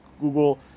Google